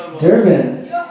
Durban